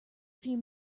few